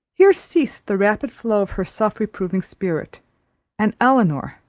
here ceased the rapid flow of her self-reproving spirit and elinor,